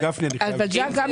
ג'ק,